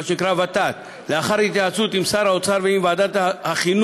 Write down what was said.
מה שנקרא ות"ת לאחר התייעצות עם שר האוצר ועם ועדת החינוך,